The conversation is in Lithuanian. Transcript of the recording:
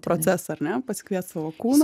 procesą ar ne pasikviest savo kūną